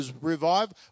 revived